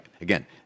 again